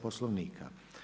Poslovnika.